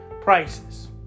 prices